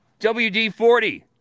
WD-40